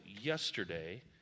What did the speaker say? yesterday